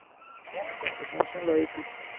نہَ تتہِ نَس حظ چھَنہٕ لایٹٕے